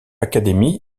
academy